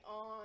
on